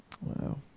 Wow